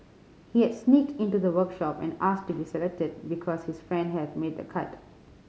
he had sneaked into the workshop and asked to be selected because his friend had made the cut